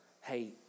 Hey